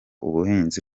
ubuhinzi